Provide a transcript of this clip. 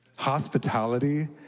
Hospitality